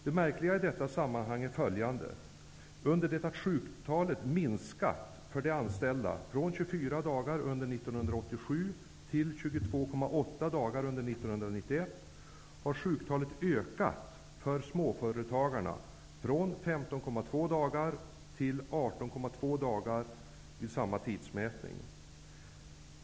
Det märkliga i detta sammanhang är följande: 24 dagar under 1987 till 22,8 dagar under 1991 har sjuktalet ökat för småföretagarna från 15,2 dagar till 18,2 dagar vid samma tidsmätning.